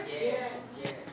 Yes